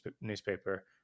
newspaper